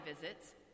visits